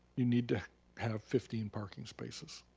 you need to have fifteen parking spaces.